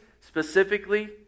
specifically